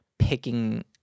picking